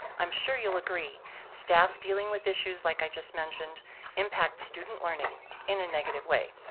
i'm sure you'll agree staff dealing with issues like i just mentioned impact student learning in a negative way.